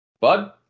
Bud